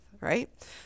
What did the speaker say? right